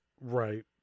right